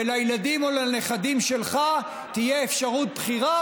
ולילדים או לנכדים שלך תהיה אפשרות בחירה